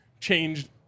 changed